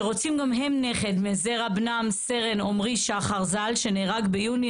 שרוצים גם הם נכד מזרע בנם סרן עמרי שחר ז"ל שנהרג ביוני